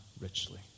richly